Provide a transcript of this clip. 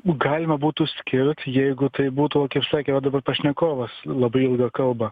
galima būtų skirt jeigu tai būtų va kaip sakė va dabar pašnekovas labai ilgą kalbą